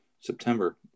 September